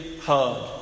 hug